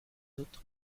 dut